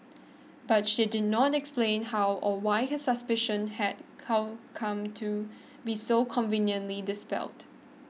but she did not explain how or why her suspicions had cow come to be so conveniently dispelled